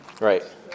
Right